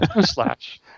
Slash